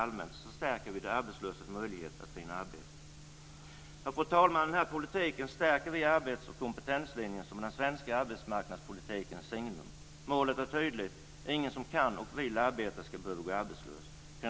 Fru talman! Med den här politiken stärker vi arbets och kompetenslinjen, som är den svenska arbetsmarknadspolitikens signum. Målet är tydligt: Ingen som kan och vill arbeta ska behöva gå arbetslös.